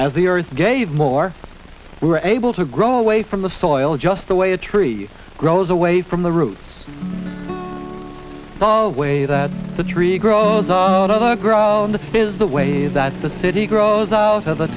as the earth gave more we're able to grow away from the soil just the way a tree grows away from the roots oh way that the tree grows out of the ground the fizz the way that the city grows out of the